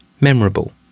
Memorable